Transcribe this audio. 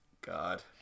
God